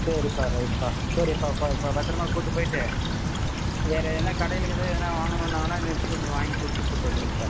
சரிப்பா ரைட்டுப்பா சரிப்பா ப ப பத்திரமா கூட்டி போய்விட்டு வேறு எதுனால் கடையில் கிடைல எதுனால் வாங்கணுன்னாங்கனால் நிறுத்திக் கொஞ்சம் வாய்ங்கி கொடுத்து கூட்டி வந்துடுங்கப்பா